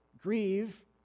Grieve